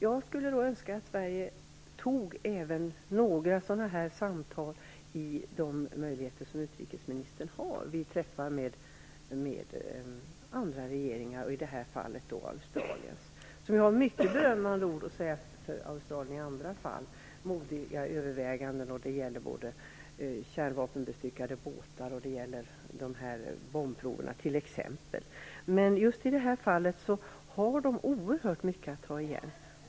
Jag skulle önska att Sverige tog även några samtal, genom de möjligheter som utrikesministern har, vid träffar med andra regeringar och i det här fallet Australiens regering. Vi har ju mycket berömmande ord att säga om Australien i andra fall, om modiga överväganden, som gäller både kärnvapenbestyckade båtar och bombprov. Men just i det här fallet har de oerhört mycket att ta igen.